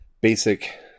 basic